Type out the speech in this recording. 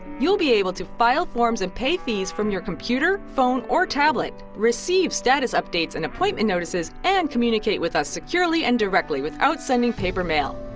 you'll be able to file forms and pay fees from your computer, phone, or tablet receive status updates and appointment notices and communicate with us securely and directly, without sending paper mail.